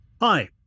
Hi